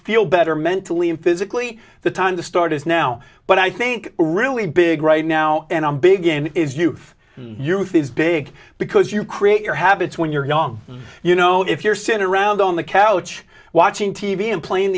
feel better mentally and physically the time to start is now but i think really big right now and i'm big and is you youth is big because you create your habits when you're young you know if you're sitting around on the couch watching t v and playing